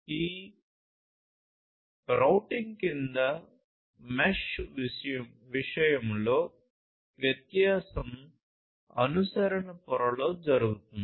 ఈ రౌటింగ్ కింద మెష్ విషయంలో వ్యత్యాసం అనుసరణ పొరలో జరుగుతుంది